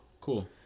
Cool